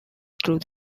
through